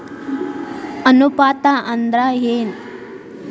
ಅನುಪಾತ ಅಂದ್ರ ಏನ್?